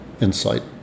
insight